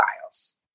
files